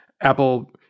Apple